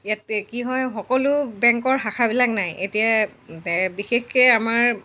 ইয়াত কি হয় সকলো বেংকৰ শাখাবিলাক নাই এতিয়া বিশেষকৈ আমাৰ